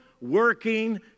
working